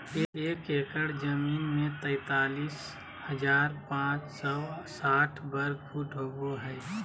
एक एकड़ जमीन में तैंतालीस हजार पांच सौ साठ वर्ग फुट होबो हइ